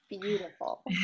beautiful